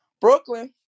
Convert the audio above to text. Brooklyn